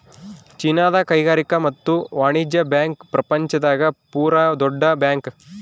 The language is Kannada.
ಚೀನಾದ ಕೈಗಾರಿಕಾ ಮತ್ತು ವಾಣಿಜ್ಯ ಬ್ಯಾಂಕ್ ಪ್ರಪಂಚ ದಾಗ ಪೂರ ದೊಡ್ಡ ಬ್ಯಾಂಕ್